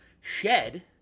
shed